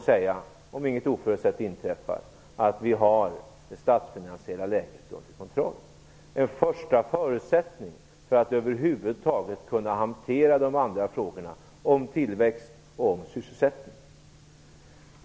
Om inget oförutsett inträffar, kan vi säga att vi har det statsfinansiella läget under kontroll. Det är en första förutsättning för att vi över huvud taget skall kunna hantera de andra frågorna, om tillväxt och om sysselsättning.